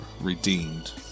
Redeemed